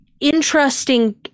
interesting